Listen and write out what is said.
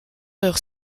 heure